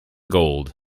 gold